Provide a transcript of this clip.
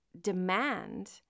demand